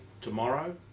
tomorrow